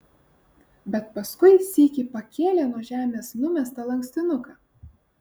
bet paskui sykį pakėlė nuo žemės numestą lankstinuką